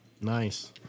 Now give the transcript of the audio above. Nice